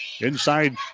inside